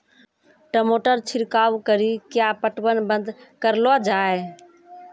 टमाटर छिड़काव कड़ी क्या पटवन बंद करऽ लो जाए?